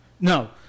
No